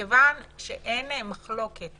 שמכיוון שאין מחלוקת